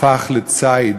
הפך לציד